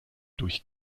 durch